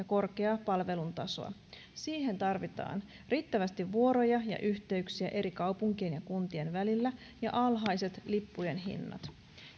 korkeaa palvelutasoa siihen tarvitaan riittävästi vuoroja ja yhteyksiä eri kaupunkien ja kuntien välillä sekä alhaiset lippujen hinnat